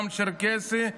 גם צ'רקסי,